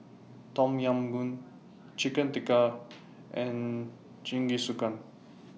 Tom Yam Goong Chicken Tikka and Jingisukan